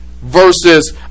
versus